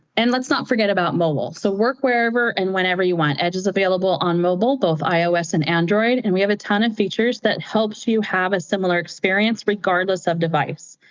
and let's not forget about mobile. so work wherever and whenever you want. edge is available on mobile, both ios and android, and we have a ton of features that helps you have a similar experience regardless of device.